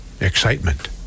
excitement